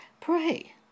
Pray